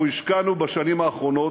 השקענו בשנים האחרונות,